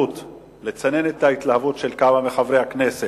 לצנן את ההתלהבות של כמה מחברי הכנסת,